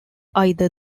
either